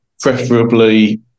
preferably